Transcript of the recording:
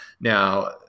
Now